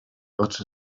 oczy